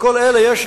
על כל אלה יש